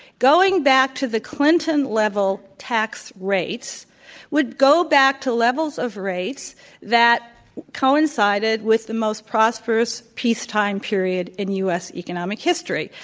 going back to the clinton level tax rates would go back to levels of rates that coincided with the most prosperous peacetime period in u. s. economic history.